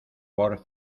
por